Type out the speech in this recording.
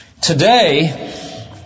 Today